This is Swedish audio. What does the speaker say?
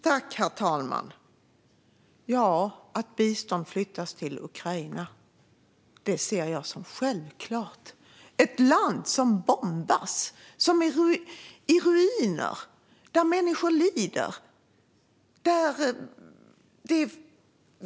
Herr talman! Att bistånd flyttas till Ukraina ser jag som självklart. Det är ett land som bombas, som är i ruiner och där människor lider.